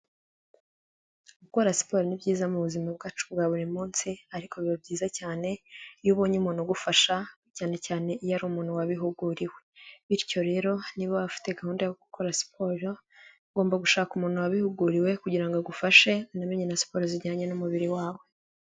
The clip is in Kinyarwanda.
Gukora siporo ni byiza mu buzima bwacu bwa buri munsi, ariko biba byiza cyane iyo ubonye umuntu ugufasha cyane cyane iyo ari umuntu wabihuguriwe, bityo rero niba ufite gahunda yo gukora siporo, ugomba gushaka umuntu wabihuguriwe, kugira ngo agufashe unamenye na siporo zijyanye n'umubiri wawe.